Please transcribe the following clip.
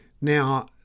Now